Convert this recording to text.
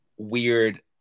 weird